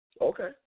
Okay